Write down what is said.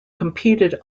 competed